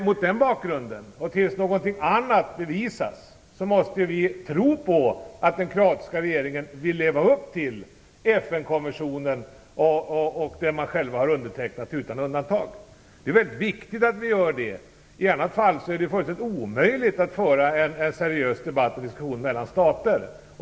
Mot den bakgrunden, och tills någonting annat bevisas, måste vi tro på att den kroatiska regeringen vill leva upp till FN-konventionen och det man själv har undertecknat utan undantag. Det är viktigt att vi gör det. I annat fall är det fullständigt omöjligt att föra en seriös debatt och diskussion mellan stater.